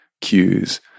cues